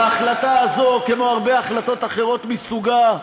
וההחלטה הזאת, כמו הרבה החלטות אחרות מסוגה,